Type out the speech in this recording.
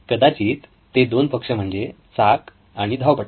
कदाचित ते दोन पक्ष म्हणजे चाक आणि धावपट्टी